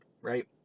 right